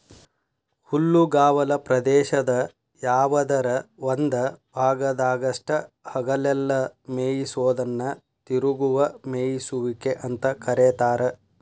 ಹುಲ್ಲುಗಾವಲ ಪ್ರದೇಶದ ಯಾವದರ ಒಂದ ಭಾಗದಾಗಷ್ಟ ಹಗಲೆಲ್ಲ ಮೇಯಿಸೋದನ್ನ ತಿರುಗುವ ಮೇಯಿಸುವಿಕೆ ಅಂತ ಕರೇತಾರ